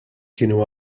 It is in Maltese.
kienu